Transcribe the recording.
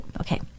okay